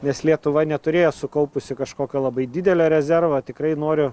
nes lietuva neturėjo sukaupusi kažkokio labai didelio rezervo tikrai noriu